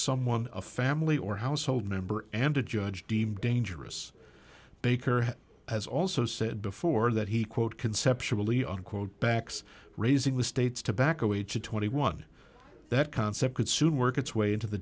someone a family or household member and a judge deemed dangerous baker has also said before that he quote conceptually unquote backs raising the state's tobacco way to twenty one that concept could soon work its way into the